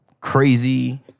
crazy